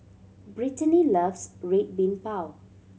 Brittaney loves Red Bean Bao